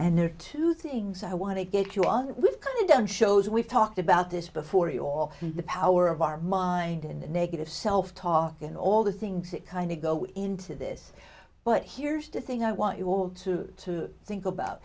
and there are two things i want to get you on what kind of done shows we've talked about this before you all the power of our mind in the negative self talk and all the things that kind of go into this but here's the thing i want you all to think about